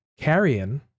Carrion